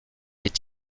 est